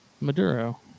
Maduro